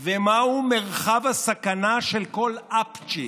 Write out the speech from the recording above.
ומהו מרחב הסכנה של כל אפצ'י,